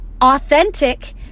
authentic